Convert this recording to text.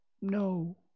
No